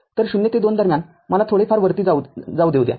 तर ० ते २ दरम्यान मला थोडेफार वरती जाऊ देऊ द्या